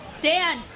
Dan